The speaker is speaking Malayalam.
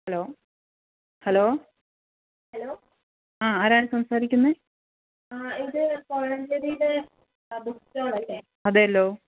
ഹലോ ഹലോ ആ ആരാണ് സംസാരിക്കുന്നത് അതെല്ലോ